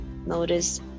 Notice